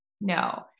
No